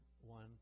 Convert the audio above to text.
one